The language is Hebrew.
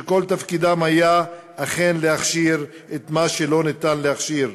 שכל תפקידם היה אכן להכשיר את מה שלא ניתן להכשיר?